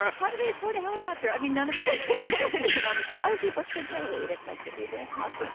ah how do we afford a helicopter? i mean, none of it makes economic sense. so oh, he booked a blade. it's like the uber of health